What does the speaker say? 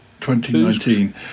2019